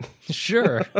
sure